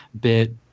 bit